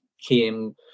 came